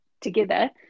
together